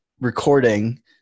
recording